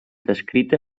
descrita